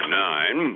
nine